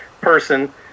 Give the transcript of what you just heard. person